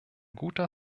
guter